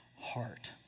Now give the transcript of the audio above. heart